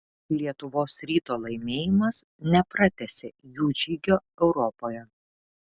lietuvos ryto laimėjimas nepratęsė jų žygio europoje